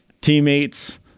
Teammates